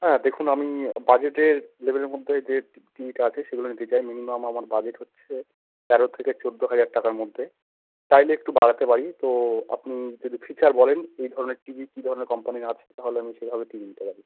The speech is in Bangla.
হ্যাঁ দেখুন আমি বাজেটের লেভেলের মধ্যে যে টি ভিটা আছে সেগুলো নিতে চাই মিনিমাম আমার বাজেট হচ্ছে তেরো থেকে চোদ্দো হাজার টাকার মধ্যে চাইলে একটু বাড়াতে পারি তো আপনি যদি ফিচার বলেন এই ধরনের টি ভি কী ধরনের কোম্পানির আছে তাহলে আমি সেভাবে টি ভি নিতে পারি